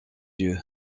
yeux